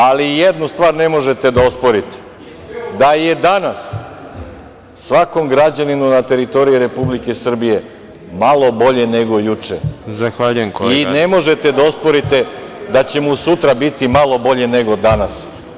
Ali, jednu stvar ne možete da osporite, da je danas svakom građaninu na teritoriji Republike Srbije malo bolje nego juče, i ne možete da osporite da će mu sutra biti malo bolje nego danas.